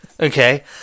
Okay